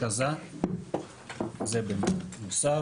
שבאכיפה זה רק החלק התחתון של כלי הנשק,